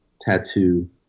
tattoo